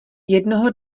jednoho